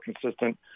consistent